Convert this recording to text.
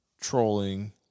trolling